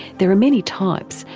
there are many types,